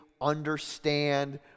understand